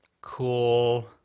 Cool